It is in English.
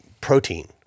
protein